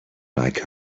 like